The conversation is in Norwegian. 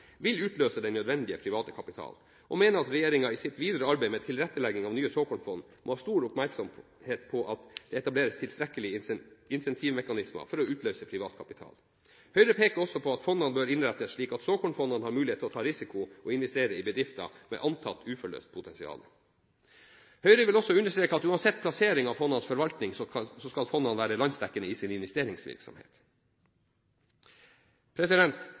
vil utløse den nødvendige private kapital, og mener at regjeringen i sitt videre arbeid med tilrettelegging av nye såkornfond må ha stor oppmerksomhet på at det etableres tilstrekkelige incentivmekanismer for å utløse privat kapital. Høyre peker også på at fondene bør innrettes slik at såkornfondene har mulighet til å ta risiko og investere i bedrifter med antatt uforløst potensial. Høyre vil også understreke at uansett plassering av fondenes forvaltning, skal fondene være landsdekkende i sin investeringsvirksomhet.